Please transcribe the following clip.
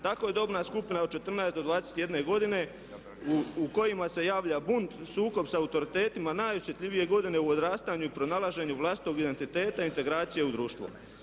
Tako je dobna skupina od 14 do 21 godine u kojima se javlja bunt, sukob s autoritetima najosjetljivije godine u odrastanju i pronalaženju vlastitog identiteta i integracije u društvo.